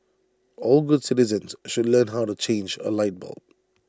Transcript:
all good citizens should learn how to change A light bulb